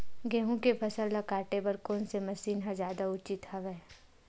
गेहूं के फसल ल काटे बर कोन से मशीन ह जादा उचित हवय?